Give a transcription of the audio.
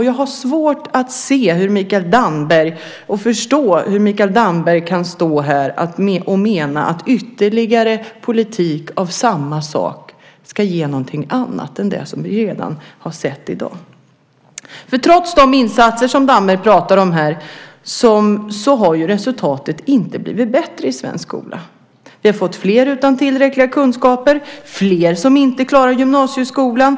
Jag har svårt att förstå hur Mikael Damberg kan stå här och mena att ytterligare politik av samma sort ska ge någonting annat än det som vi redan har sett i dag. Trots de insatser som Damberg pratar om här har ju resultatet inte blivit bättre i svensk skola. Vi har fått fler utan tillräckliga kunskaper och fler som inte klarar gymnasieskolan.